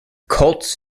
colts